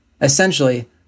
Essentially